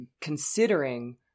considering